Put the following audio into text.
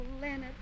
Leonard